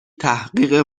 تحقیق